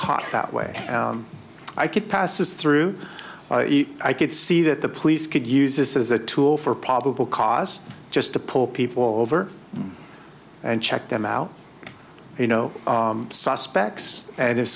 caught that way i could passes through i could see that the police could use this as a tool for probable cause just to pull people over and check them out you know suspects and if